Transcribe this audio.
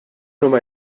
huma